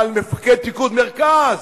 על מפקד פיקוד מרכז.